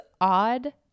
odd